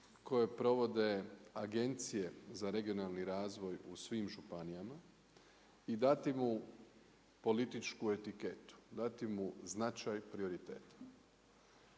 koje provode agencije za regionalni razvoj u svim županijama i dati mu političku etiketu, dati mu značaj prioriteta.